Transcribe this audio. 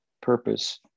purpose